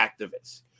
activists